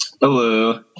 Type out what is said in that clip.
Hello